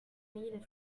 needed